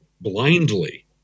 blindly